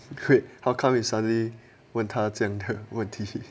wait how come you suddenly 问他将的问题